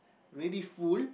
ready full